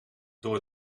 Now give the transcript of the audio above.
door